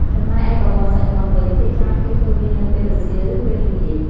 ចំណែកឯបបរសាច់មាន់វិញ ភាគច្រើនគេធ្វើវានៅពេលរសៀលឬពេលល្ងាច។